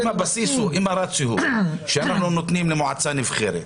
אם הרציו הוא שאנחנו נותנים למועצה נבחרת,